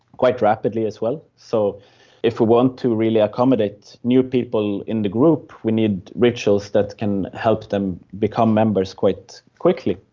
quite rapidly as well. so if we want to really accommodate new people in the group we need rituals that can help them become members quite quickly.